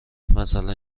مثلا